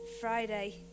Friday